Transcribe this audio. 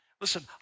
listen